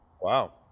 Wow